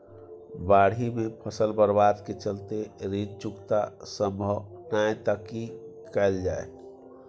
बाढि में फसल बर्बाद के चलते ऋण चुकता सम्भव नय त की कैल जा?